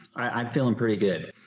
i'm feeling pretty good.